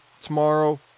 tomorrow